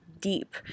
deep